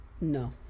No